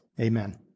Amen